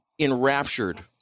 enraptured